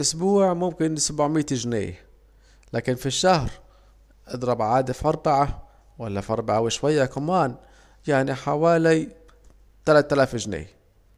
في الأسبوع يمكن سبعمية اجنيه، لكم في الشهر اضرب عاد في اربعة ولا في اربعة وشوية كمان، يعني حوالي تلاتلاف جنيه